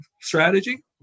strategy